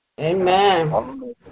Amen